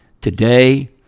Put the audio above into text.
Today